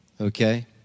Okay